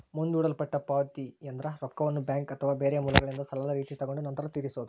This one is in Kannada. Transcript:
ಮುಂದೂಡಲ್ಪಟ್ಟ ಪಾವತಿಯೆಂದ್ರ ರೊಕ್ಕವನ್ನ ಬ್ಯಾಂಕ್ ಅಥವಾ ಬೇರೆ ಮೂಲಗಳಿಂದ ಸಾಲದ ರೀತಿ ತಗೊಂಡು ನಂತರ ತೀರಿಸೊದು